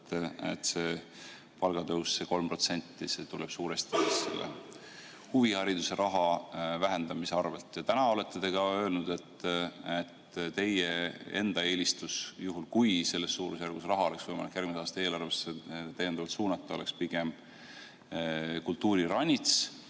et see palgatõus 3% tuleb suuresti huvihariduse raha vähendamise hinnaga. Täna olete te ka öelnud, et teie enda eelistus, juhul kui selles suurusjärgus raha oleks võimalik järgmise aasta eelarvesse täiendavalt suunata, oleks pigem kultuuriranits.